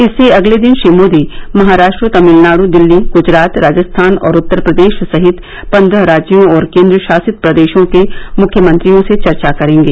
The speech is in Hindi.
इससे अगले दिन श्री मोदी महाराष्ट्र तमिलनाडु दिल्ली ग्जरात राजस्थान और उत्तर प्रदेश सहित पन्द्रह राज्यों और केन्द्रशासित प्रदेशों के मुख्यमंत्रियों से चर्चा करेंगे